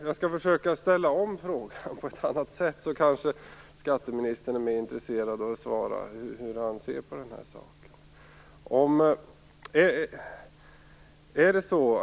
Jag skall försöka formulera om frågan, så kanske skatteministern är mer intresserad av att tala om hur han ser på den här saken.